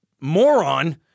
moron